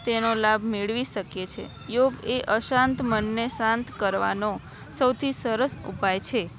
તેનો લાભ મેળવી શકે છે યોગ એ અશાંત મનને શાંત કરવાનો સૌથી સરસ ઉપાય છે